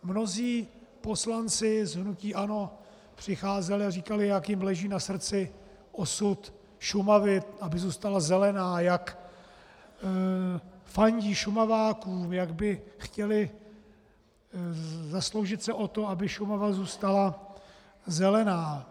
Mnozí poslanci z hnutí ANO přicházeli a říkali, jak jim leží na srdci osud Šumavy, aby zůstala zelená, jak fandí Šumavákům, jak by se chtěli zasloužit o to, aby Šumava zůstala zelená.